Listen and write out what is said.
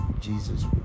Jesus